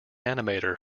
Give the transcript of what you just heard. animator